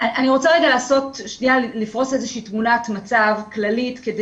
אני רוצה שניה לפרוס תמונת מצב כללית כדי